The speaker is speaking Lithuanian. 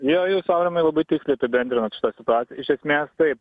jo jūs aurimai labai tiksliai apibendrinot šitą situaciją iš esmės taip